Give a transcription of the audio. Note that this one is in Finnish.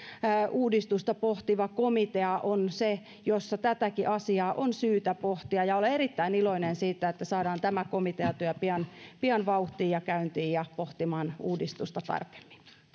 uudistusta pohtiva komitea on se jossa tätäkin asiaa on syytä pohtia olen erittäin iloinen siitä että saadaan tämä komiteatyö pian pian vauhtiin ja käyntiin ja pohtimaan uudistusta tarkemmin